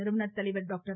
நிறுவனர் தலைவர் டாக்டர்